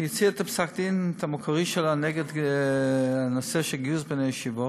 היא הוציאה את פסק הדין המקורי שלה בנושא הגיוס של בני ישיבות,